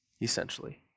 essentially